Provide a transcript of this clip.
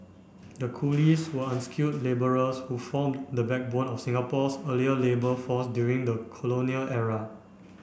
the coolies were unskilled labourers who formed the backbone of Singapore's earlier labour force during the colonial era